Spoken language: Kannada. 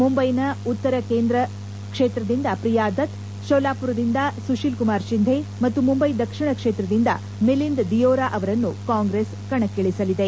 ಮುಂಬೈನ ಉತ್ತರ ಕೇಂದ್ರ ಕ್ಷೇತ್ರದಿಂದ ಪ್ರಿಯಾ ದತ್ ಸೋಲಾಪುರ್ದಿಂದ ಸುಶೀಲ್ ಕುಮಾರ್ ಶಿಂಧೆ ಮತ್ತು ಮುಂಬೈ ದಕ್ಷಿಣ ಕ್ಷೇತ್ರದಿಂದ ಮಿಲಿಂದ್ ದಿಯೋರಾ ಅವರನ್ನು ಕಾಂಗ್ರೆಸ್ ಕಣಕ್ನಿ ಳಿಸಲಿದೆ